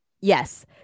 yes